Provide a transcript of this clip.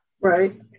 Right